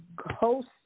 host